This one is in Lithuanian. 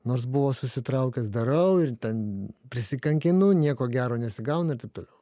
nors buvo susitraukęs darau ir ten prisikankinu nieko gero nesigauna ir taip toliau